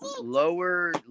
lower